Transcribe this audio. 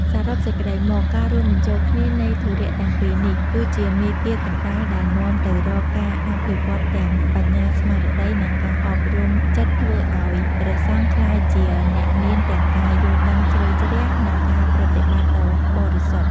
សរុបសេចក្ដីមក ការរួមបញ្ចូលគ្នានៃធុរៈទាំងពីរនេះ គឺជាមាគ៌ាកណ្តាលដែលនាំទៅរកការអភិវឌ្ឍទាំង បញ្ញាស្មារតី និងការអប់រំចិត្តធ្វើឱ្យព្រះសង្ឃក្លាយជាអ្នកមានទាំងការយល់ដឹងជ្រៅជ្រះ និងការប្រតិបត្តិដ៏បរិសុទ្ធ។